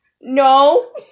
no